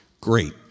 Great